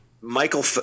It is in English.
Michael